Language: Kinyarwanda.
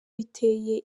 biteye